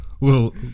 Little